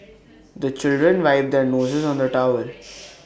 the children wipe their noses on the towel